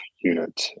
unit